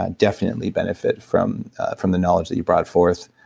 ah definitely benefit from from the knowledge that you brought forth.